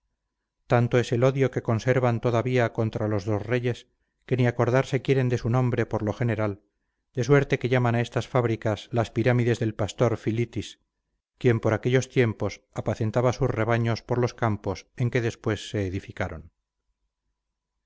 tanto es el odio que conservan todavía contra los dos reyes que ni acordarse quieren de su nombre por lo general de suerte que llaman a estas fábricas las pirámides del pastor filitis quien por aquellos tiempos apacentaba sus rebaños por los campos en que después se edificaron